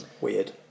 Weird